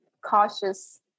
cautious